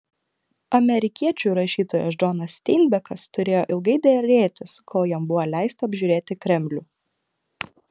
amerikiečių rašytojas džonas steinbekas turėjo ilgai derėtis kol jam buvo leista apžiūrėti kremlių